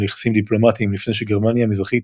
יחסים דיפלומטיים לפני שגרמניה המזרחית